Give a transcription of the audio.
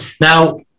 Now